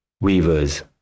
weavers